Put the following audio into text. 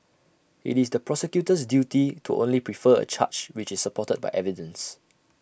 IT is the prosecutor's duty to only prefer A charge which is supported by evidence